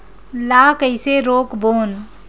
ला कइसे रोक बोन?